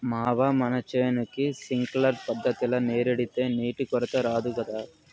మావా మన చేనుకి సింక్లర్ పద్ధతిల నీరెడితే నీటి కొరత రాదు గదా